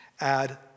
add